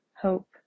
hope